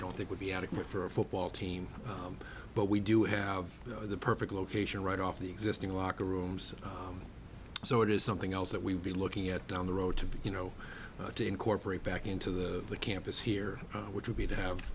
don't think would be adequate for a football team but we do have the perfect location right off the existing locker rooms so it is something else that we'll be looking at down the road to be you know to incorporate back into the campus here which would be to have